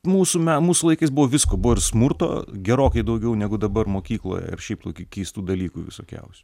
mūsų me mūsų laikais buvo visko buvo ir smurto gerokai daugiau negu dabar mokykloje ar šiaip tokių keistų dalykų visokiausių